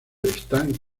están